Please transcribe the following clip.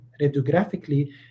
radiographically